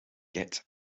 get